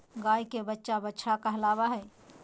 गाय के बच्चा बछड़ा कहलावय हय